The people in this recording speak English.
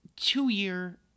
two-year